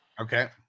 Okay